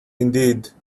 indeed